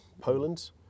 Poland